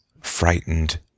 frightened